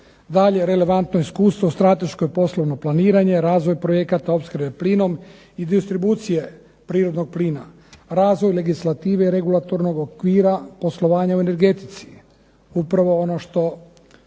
Dalje, relevantno iskustvo, strateško i poslovno planiranje, razvoj projekata opskrbe plinom i distribucije prirodnog plina, razvoj legislative regulatornog okvira poslovanja u energetici. Upravo ono što